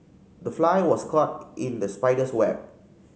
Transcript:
the fly was caught in the spider's web